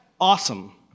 awesome